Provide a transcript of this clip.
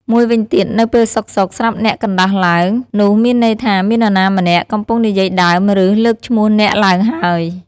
មួយវិញទៀត នៅពេលសុខៗ ស្រាប់អ្នកកណ្ដាស់ឡើង នោះមានន័យថាមាននរណាម្នាក់កំពុងនិយាយដើម ឬ លើកឈ្មោះអ្នកឡើងហើយ។